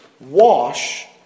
wash